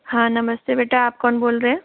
हाँ नमस्ते बेटा आप कौन बोल रहे हैं